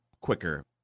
quicker